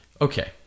Okay